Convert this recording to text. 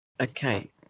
Okay